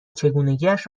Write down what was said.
چگونگیاش